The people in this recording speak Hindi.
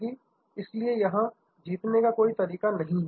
अतः इसीलिए यहां जीतने का कोई तरीका नहीं है